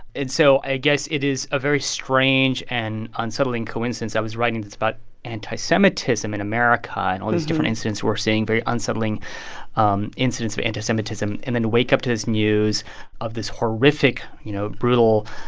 and so i guess it is a very strange and unsettling coincidence. i was writing this about anti-semitism in america and all these different incidents we're seeing very unsettling um incidents of anti-semitism and then to wake up to this news of this horrific, you know, brutal,